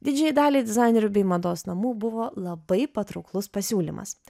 didžiajai daliai dizainerių bei mados namų buvo labai patrauklus pasiūlymas